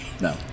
no